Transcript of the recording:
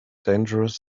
dangerous